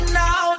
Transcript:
now